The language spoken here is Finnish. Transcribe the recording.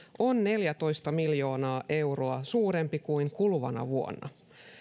on neljätoista miljoonaa euroa suurempi kuin kuluvana vuonna